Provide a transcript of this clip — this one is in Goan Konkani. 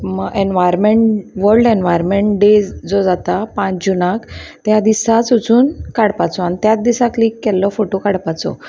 एनवायरमेंट वल्ड एनवायरमेंट डे जो जाता पांच जुनाक त्या दिस वचून काडपाचो आनी त्याच दिसा क्लीिक केल्लो फोटो काडपाचो